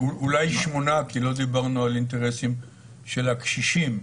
אולי שמונה כי לא דיברנו על אינטרסים של הקשישים.